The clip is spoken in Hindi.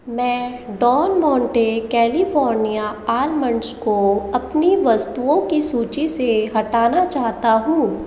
मैं डॉन मोंटे कैलिफ़ोर्निया आल्मंड को अपनी वस्तुओं की सूची से हटाना चाहता हूँ